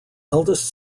eldest